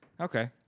Okay